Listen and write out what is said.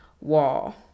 wall